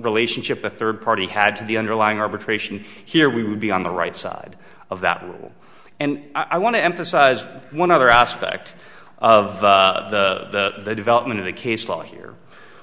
relationship a third party had to the underlying arbitration here we would be on the right side of that rule and i want to emphasize one other aspect of the development of the case law here